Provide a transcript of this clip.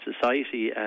society